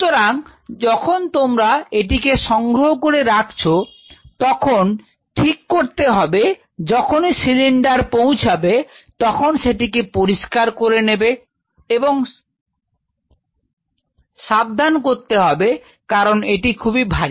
সুতরাং যখন তোমরা এটিকে সংগ্রহ করে রাখছো তখন ঠিক করতে হবে যখনই সিলিন্ডার পৌঁছবে তখন সেটিকে পরিষ্কার করে নেবে এবং সাবধান করতে হবে কারন এটি খুবই ভারী